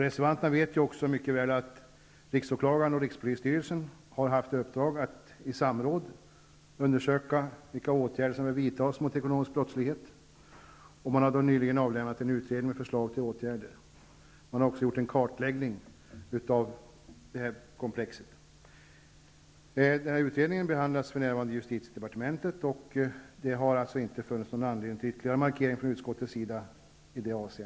Reservanterna vet också mycket väl att riksåklagaren och rikspolisstyrelsen har haft i uppdrag att i samråd undersöka vilka åtgärder som bör vidtas mot ekonomisk brottslighet, och man har nyligen avlämnat en utredning med förslag till åtgärder. Man har också gjort en kartläggning av detta komplex. Utredningen behandlas för närvarande i justitiedepartementet, och det har inte funnits någon anledning till ytterligare markering från utskottets sida.